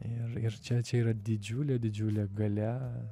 ir ir čia čia yra didžiulė didžiulė galia